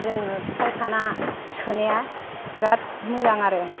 जोङो फायखाना सोनाया बिरात मोजां आरो